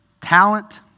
talent